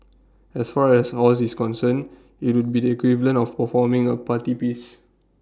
as far as Oz is concerned IT would be the equivalent of performing A party piece